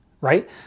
right